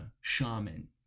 shaman